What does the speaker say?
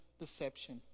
deception